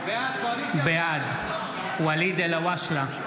בעד ואליד אלהואשלה,